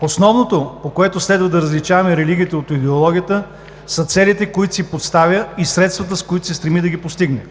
Основното, по което следва да различаваме религиите от идеологиите, са целите, които си поставя, и средствата, с които се цели да ги постигне.